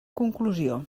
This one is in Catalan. conclusió